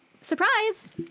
surprise